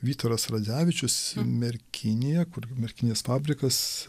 vytaras radzevičius merkinėje kur yra merkinės fabrikas